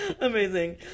Amazing